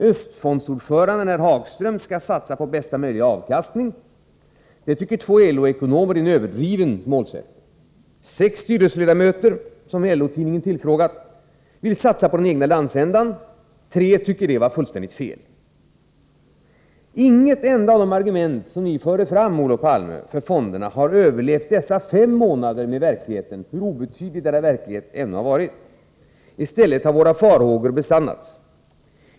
Östfondsordföranden herr Hagström skall satsa på bästa möjliga avkastning — det tycker två LO-ekonomer är en överdriven målsättning. Sex styrelseledamöter, som LO-tidningen tillfrågat, ville satsa på den egna landsändan. Tre tyckte att detta var fullständigt fel. Inget enda av de argument som ni förde fram, Olof Palme, för fonderna har överlevt dessa fem månader med verkligheten — hur obetydlig denna verklighet än har varit. I stället har våra farhågor besannats.